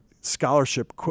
scholarship